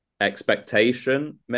expectation